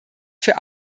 für